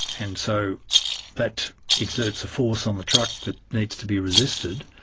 and so that exerts a force on the truck that needs to be resisted.